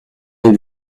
êtes